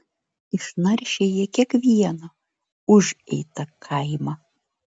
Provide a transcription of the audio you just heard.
išnaršė jie kiekvieną užeitą kaimą